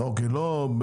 הם אומרים לך גם